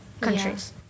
countries